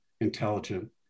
intelligent